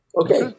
Okay